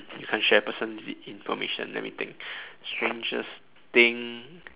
you can't share personal information let me think strangest thing